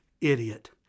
idiot